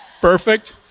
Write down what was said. perfect